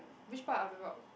which part of the rock